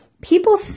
people